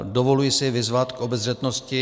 Dovoluji si vyzvat k obezřetnosti.